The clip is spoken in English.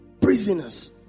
prisoners